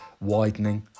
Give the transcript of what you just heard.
widening